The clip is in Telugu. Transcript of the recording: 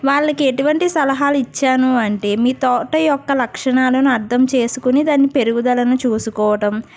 వాళ్ళకి ఎటువంటి సలహాలు ఇచ్చాను అంటే మీ తోట యొక్క లక్షణాలను అర్థం చేసుకొని దాని పెరుగుదలను చూసుకోవటం